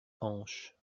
hanches